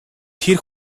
тэр